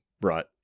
brought